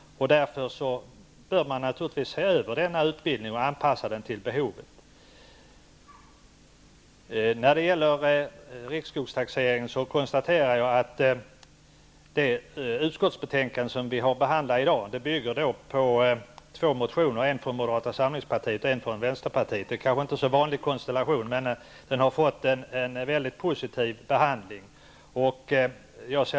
Därför bör man naturligtvis se över denna utbildning och anpassa den till behovet. När det gäller riksskogstaxeringen konstaterar jag att det utskottsbetänkande som vi har att behandla i dag bygger på två motioner, en från Moderata samlingspartiet och en från Vänsterpartiet. Det är kanske inte en så vanlig konstellation, men den har fått en mycket positiv behandling.